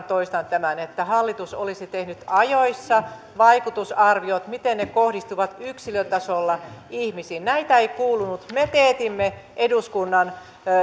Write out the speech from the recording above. toistan tämän että hallitus olisi tehnyt ajoissa vaikutusarviot miten ne kohdistuvat yksilötasolla ihmisiin näitä ei kuulunut me teetimme eduskunnan